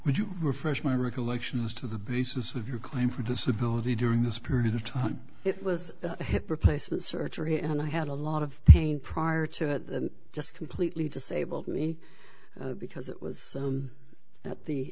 would you refresh my recollection as to the basis of your claim for disability during this period of time it was a hip replacement surgery and i had a lot of pain prior to that just completely disabled me because it was at the